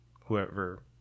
whoever